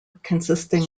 consisting